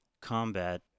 combat